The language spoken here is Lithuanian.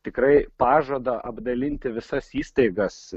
tikrai pažadą apdalinti visas įstaigas